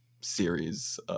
series